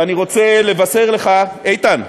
ואני רוצה לבשר לך, איתן,